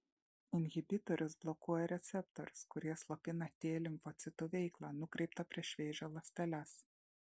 inhibitorius blokuoja receptorius kurie slopina t limfocitų veiklą nukreiptą prieš vėžio ląsteles